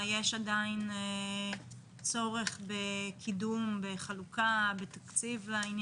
יש עדיין צורך בקידום, בחלוקה ובתקצוב?